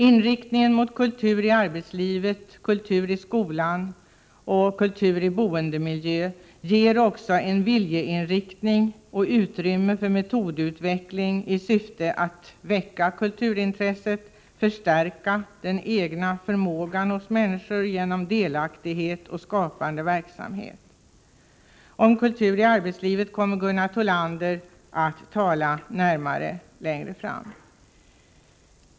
Inriktningen mot kultur i arbetslivet, kultur i skolan och kultur i boendemiljön ger också en viljeinriktning och ett utrymme för metodutveckling i syfte att väcka kulturintresset samt att förstärka den egna förmågan hos människor genom delaktighet och skapande verksamhet. Gunnar Thollander kommer senare att tala mera om kultur i arbetslivet.